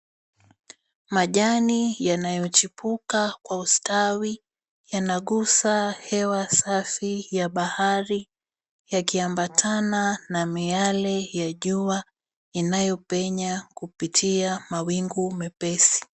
Majani yanayochipuka kwa ustawi yanagusa hewa safi ya bahari yakiambatana na miale ya jua inayopenya kupitia mawingu mepesi.